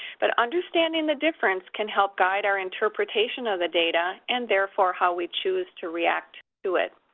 but understanding the difference can help guide our interpretation of the data and, therefore, how we choose to react to it.